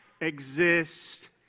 exist